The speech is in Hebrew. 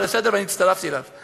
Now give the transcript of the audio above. ואני הצטרפתי אליו.